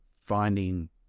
finding